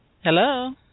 Hello